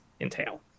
entail